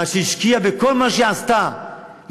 ממה שהיא השקיעה בכל מה שהיא עשתה כדי